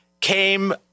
came